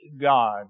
God